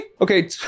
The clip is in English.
Okay